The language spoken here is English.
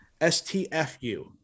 STFU